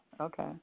okay